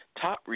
top